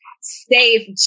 safe